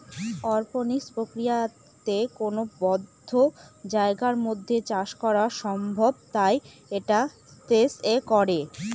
অরপনিক্স প্রক্রিয়াতে কোনো বদ্ধ জায়গার মধ্যে চাষ করা সম্ভব তাই এটা স্পেস এ করে